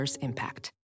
impact